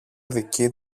δική